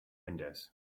windows